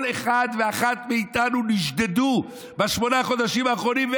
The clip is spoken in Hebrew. כל אחד ואחת מאיתנו נשדד בשמונת החודשים האחרונים,